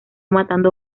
matando